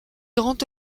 grand